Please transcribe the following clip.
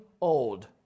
old